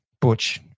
Butch